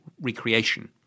recreation